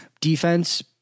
defense